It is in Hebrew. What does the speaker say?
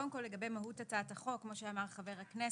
קודם כל לגבי מהות הצעת החוק, כמו שאמר חבר הכנסת,